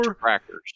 Crackers